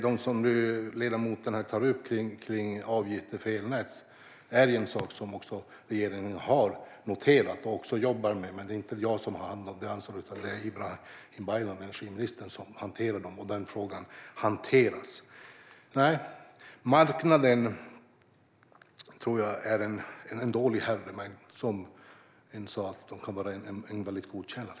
Det ledamoten tar upp om avgifter för elnät är något som regeringen har noterat och även jobbar med. Det är dock inte jag som har det ansvaret, utan det är energiminister Ibrahim Baylan som hanterar detta. Frågan hanteras. Nej, jag tror att marknaden är en dålig herre - men, som någon sa: Den kan vara en väldigt god tjänare.